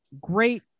great